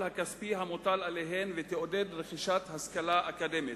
הכספי המוטל עליהן ותעודד רכישת השכלה אקדמית.